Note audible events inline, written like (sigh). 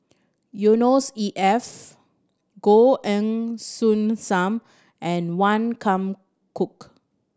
Yusnor E F Goh (unintelligible) Soon Sam and Wan Kam Cook